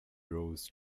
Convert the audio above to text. rose